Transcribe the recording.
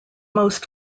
most